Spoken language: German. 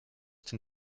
den